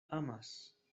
amas